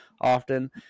often